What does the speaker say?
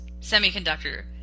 semiconductor